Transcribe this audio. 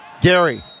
Gary